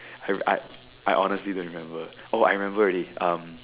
I I honestly don't remember oh I remember already um